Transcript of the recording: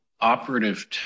operative